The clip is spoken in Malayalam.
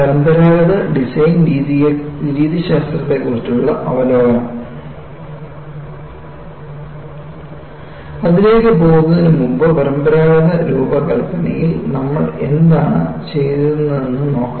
പരമ്പരാഗത ഡിസൈൻ രീതിശാസ്ത്രത്തെക്കുറിച്ചുള്ള അവലോകനം അതിലേക്ക് പോകുന്നതിനുമുമ്പ് പരമ്പരാഗത രൂപകൽപ്പനയിൽ നമ്മൾ എന്താണ് ചെയ്യുന്നതെന്ന് നോക്കാം